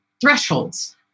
thresholds